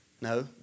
No